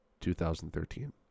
2013